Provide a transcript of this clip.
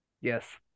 Yes